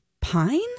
Pine